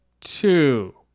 two